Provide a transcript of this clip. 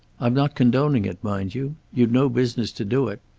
i'm not condoning it, mind you. you'd no business to do it.